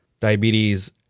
Diabetes